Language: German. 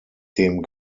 dem